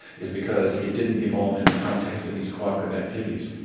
is because it didn't evolve in the context of these cooperative activities.